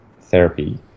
therapy